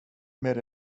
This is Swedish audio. med